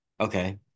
Okay